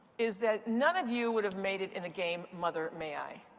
is that none of you would have made it in the game mother may i.